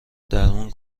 درمون